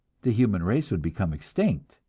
the human race would become extinct,